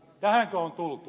tähänkö on tultu